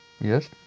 Yes